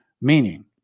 meaning